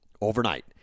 overnight